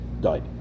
died